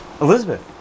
Elizabeth